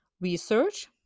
Research